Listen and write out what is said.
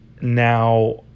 now